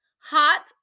hot